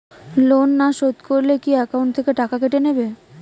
Loan না শোধ করলে কি একাউন্ট থেকে টাকা কেটে নেবে?